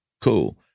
cool